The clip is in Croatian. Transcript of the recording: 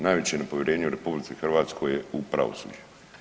Najveće nepovjerenje u RH je u pravosuđe.